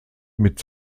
mit